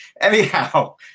Anyhow